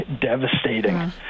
devastating